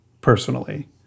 personally